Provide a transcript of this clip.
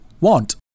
want